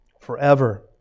Forever